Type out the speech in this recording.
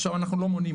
עכשיו אנחנו לא מונעים.